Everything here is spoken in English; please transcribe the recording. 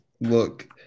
look